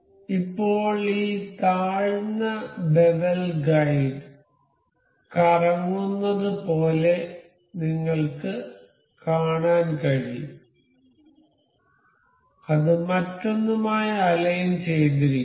ഇപ്പോൾ ഈ താഴ്ന്ന ബെവൽ ഗൈഡ് കറങ്ങുന്നത് പോലെ നിങ്ങൾക്ക് കാണാൻ കഴിയും അത് മറ്റൊന്നുമായി അലൈൻ ചെയ്തിരിക്കുന്നു